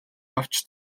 авч